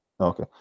okay